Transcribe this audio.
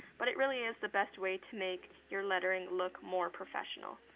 but it really is the best way to make your lettering look more professional.